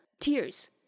Tears